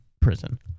prison